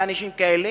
של אנשים כאלה,